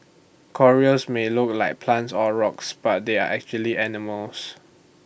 corals may look like plants or rocks but they are actually animals